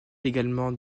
également